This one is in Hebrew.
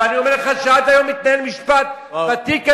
ואני אומר לך שעד היום מתנהל משפט בתיק הזה,